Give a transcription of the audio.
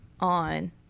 on